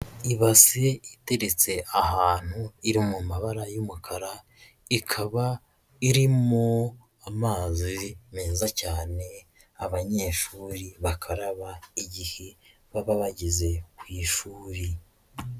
Ibasi iteretse ahantu iri mu mabara y'umukara, ikaba irimo amazi meza cyane abanyeshuri bakaraba igihe baba bageze ku ishuri.